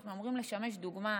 אנחנו אמורים לשמש דוגמה,